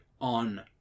on